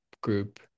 group